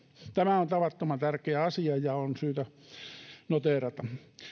tämä on tavattoman tärkeä asia ja on syytä noteerata